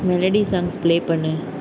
melody songs play பண்ணு